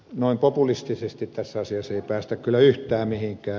noin populistisesti tässä asiassa ei päästä kyllä yhtään mihinkään